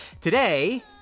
Today